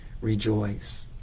rejoice